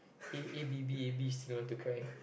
A A B B A B still want to cry